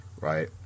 right